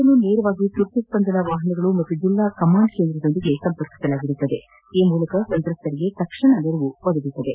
ಯನ್ನು ನೇರವಾಗಿ ತುರ್ತು ಸ್ಪಂದನ ವಾಪನಗಳು ಮತ್ತು ಜಿಲ್ಲಾ ಕಮಾಂಡ್ ಕೇಂದ್ರದೊಂದಿಗೆ ಸಂಪರ್ಕಿಸಲಾಗಿರುತ್ತದೆ ಆ ಮೂಲಕ ಸಂತ್ರಸ್ತರಿಗೆ ತಕ್ಷಣ ನೆರವು ಒದಗಿಸಲಾಗುತ್ತದೆ